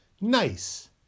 Nice